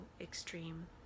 extreme